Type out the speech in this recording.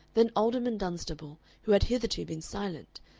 then alderman dunstable, who had hitherto been silent,